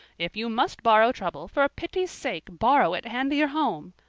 if you must borrow trouble, for pity's sake borrow it handier home.